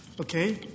Okay